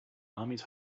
armies